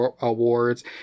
awards